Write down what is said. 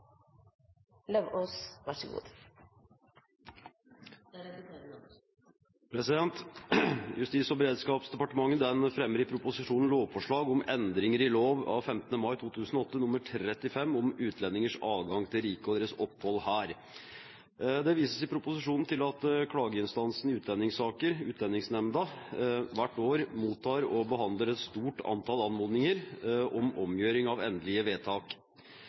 Lauvås, for saksordføreren. Justis- og beredskapsdepartementet fremmer i proposisjonen lovforslag om endringer i lov av 15. mai 2008 nr. 35 om utlendingers adgang til riket og deres opphold her. Det vises i proposisjonen til at klageinstansen i utlendingssaker, Utlendingsnemnda, hvert år mottar og behandler et stort antall anmodninger om omgjøring av endelige vedtak.